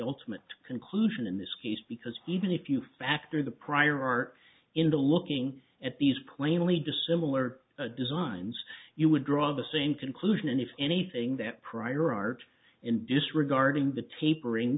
ultimate conclusion in this case because even if you factor the prior art into looking at these plainly dissimilar designs you would draw the same conclusion and if anything that prior art in disregarding the tapering